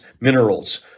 minerals